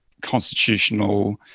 constitutional